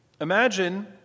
Imagine